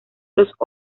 los